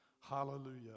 hallelujah